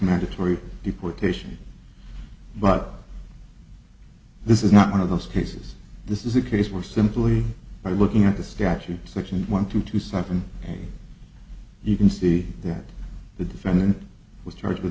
mandatory deportation but this is not one of those cases this is a case where simply by looking at the statute section one two two seven you can see that the defendant was charged with